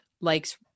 likes